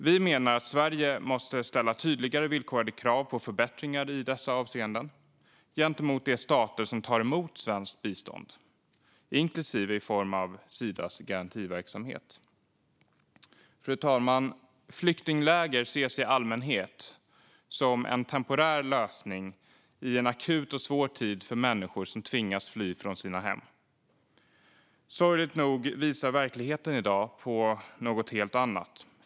Vi menar att Sverige måste ställa tydligare villkorade krav på förbättringar i dessa avseenden gentemot de stater som tar emot svenskt bistånd, inklusive i form av Sidas garantiverksamhet. Fru talman! Flyktingläger ses i allmänhet som en temporär lösning i en akut och svår tid för människor som tvingats fly från sina hem. Sorgligt nog visar verkligheten i dag på något helt annat.